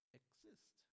exist